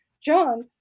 John